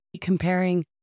comparing